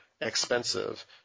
expensive